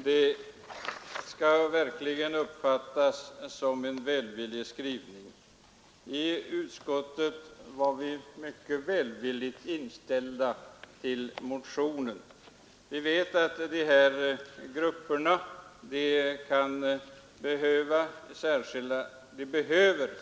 Herr talman! Ja, vad utskottet sagt skall verkligen uppfattas som en välvillig skrivning. Vi var mycket välvilligt inställda till motionen, och vi vet att